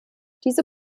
diese